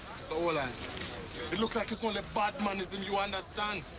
so ah like but look like he's only badmanism, you understand?